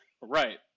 Right